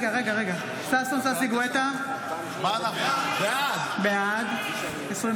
ששי גואטה, בעד שלום